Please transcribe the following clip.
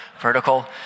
vertical